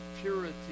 purity